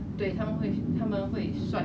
then 这样子他不是很想你